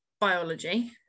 biology